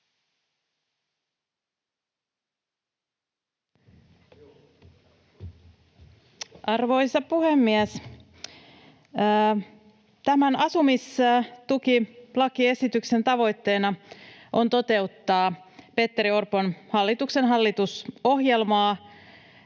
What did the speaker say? Arvoisa puhemies! Tämän asumistukilakiesityksen tavoitteena on toteuttaa Petteri Orpon hallituksen hallitusohjelmaa,